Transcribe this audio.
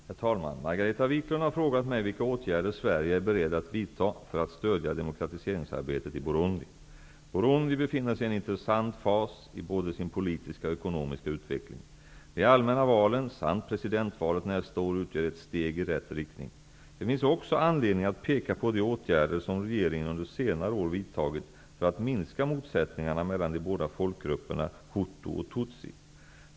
Herr talman! Margareta Viklund har frågat mig vilka åtgärder Sverige är beredd att vidta för att stödja demokratiseringsarbetet i Burundi. Burundi befinner sig i en intressant fas i både sin politiska och sin ekonomiska utveckling. De allmänna valen samt presidentvalet nästa år utgör ett steg i rätt riktning. Det finns också anledning att peka på de åtgärder som regeringen under senare år vidtagit för att minska motsättningarna mellan de båda folkgrupperna hutu och tutsi.